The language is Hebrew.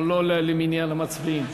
אבל לא למניין המצביעים.